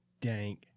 dank